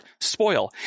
spoil